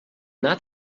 not